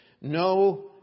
no